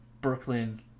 Brooklyn